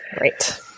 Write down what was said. Right